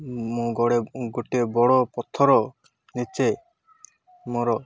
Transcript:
ମୁଁ ଗଡ଼େ ଗୋଟିଏ ବଡ଼ ପଥର ନିଚେ ମୋର